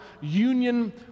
union